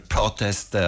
Protest